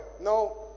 no